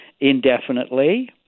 indefinitely